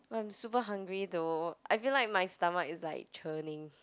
but I'm super hungry though I feel like my stomach is like churning